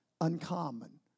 uncommon